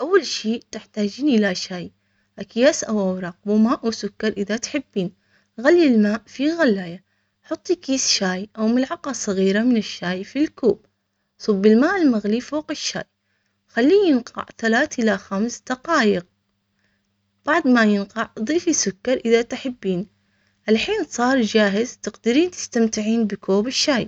أول شي تحتاجين إلى شاي، أكياس أو أوراق وماء وسكر. إذا تحبين غلي الماء في غلاية حطي كيس شاي أو ملعقة صغيرة من الشاي في الكوب. صب الماء المغلي فوق الشاي خليه ينقع ثلاث إلى خمس دقايق بعد ما ينقع ضيفي سكر.